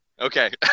Okay